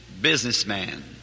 businessman